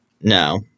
No